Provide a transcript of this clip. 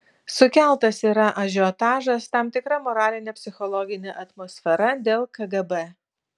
sukeltas yra ažiotažas tam tikra moralinė psichologinė atmosfera dėl kgb